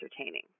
entertaining